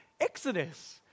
Exodus